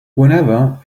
whenever